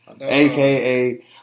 aka